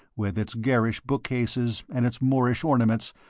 with its garish bookcases and its moorish ornaments,